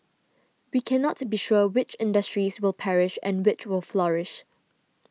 we cannot be sure which industries will perish and which will flourish